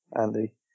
Andy